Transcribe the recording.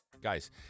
Guys